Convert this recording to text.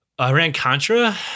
Iran-Contra